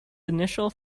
initial